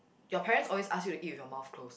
your parents always ask you to eat with your mouth close